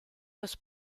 los